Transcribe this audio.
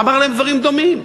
אמר להם דברים דומים,